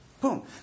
Boom